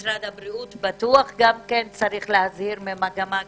משרד הבריאות גם צריך להזהיר ממגמה כזו.